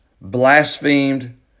blasphemed